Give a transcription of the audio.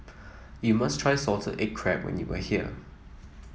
you must try Salted Egg Crab when you are here